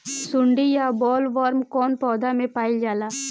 सुंडी या बॉलवर्म कौन पौधा में पाइल जाला?